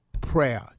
Prayer